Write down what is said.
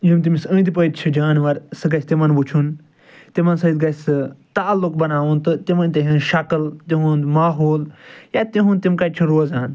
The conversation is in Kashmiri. یِم تٔمِس أند پٔتۍ چھِ جانوَر سُہ گَژھِ تِمَن وٕچھُن تِمن سۭتۍ گَژھِ تعلُق بَناوُن تہٕ تِمن تِہٕنٛز شکل تِہُنٛد ماحول یا تِہُنٛد تِم کَتہِ چھِ روزان